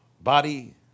body